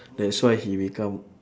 that's why he become